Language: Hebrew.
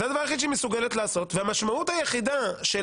זה הדבר היחיד שהיא מסוגלת לעשות והמשמעות היחידה של